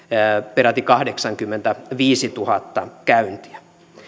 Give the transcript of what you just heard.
peräti kahdeksankymmentäviisituhatta käyntiä